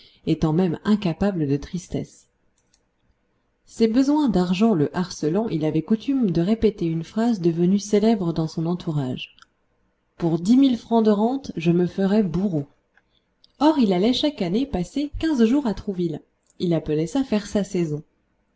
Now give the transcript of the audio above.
étant même incapable de tristesse ses besoins d'argent le harcelant il avait coutume de répéter une phrase devenue célèbre dans son entourage pour dix mille francs de rente je me ferais bourreau or il allait chaque année passer quinze jours à trouville il appelait ça faire sa saison